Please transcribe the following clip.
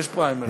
יש פריימריז.